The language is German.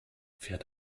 fährt